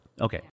Okay